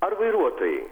ar vairuotojai